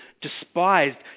despised